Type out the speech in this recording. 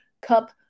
Cup